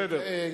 בסדר.